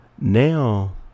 Now